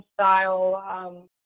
style